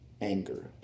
anger